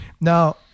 now